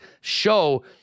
show